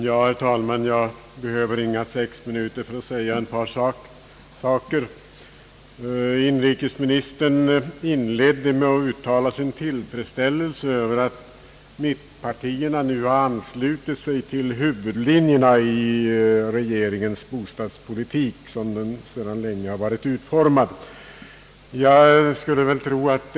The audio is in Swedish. Herr talman! Jag behöver inga sex minuter för att beröra ett par saker i sammanhanget. Inrikesministern inledde med att uttala sin tillfredsställelse över att mittpartierna nu har anslutit sig till huvudlinjerna i regeringens bostadspolitik, som den sedan länge har varit utformad.